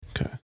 Okay